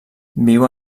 viu